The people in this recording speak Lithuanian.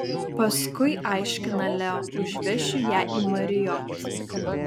paskui aiškina leo užvešiu ją į marriott